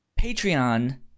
Patreon